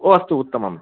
ओ अस्तु उत्तमम्